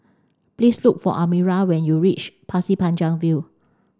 please look for Amira when you reach Pasir Panjang View